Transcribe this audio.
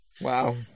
Wow